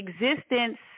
existence